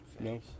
No